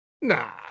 Nah